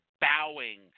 bowing